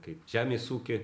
kaip žemės ūky